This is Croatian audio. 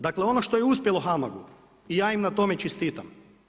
Dakle ono što je uspjelo HAMAG-u i ja im na tome čestitam.